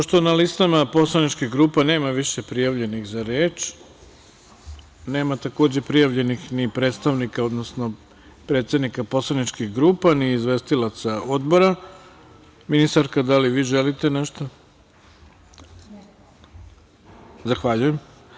Pošto na listama poslaničkih grupa više nema prijavljenih za reč, nema takođe prijavljenih predstavnika, odnosno predsednika poslaničkih grupa, kao ni izvestilaca odbora, ministarka, da li vi želite nešto? (Ne.) Zahvaljujem.